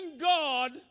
God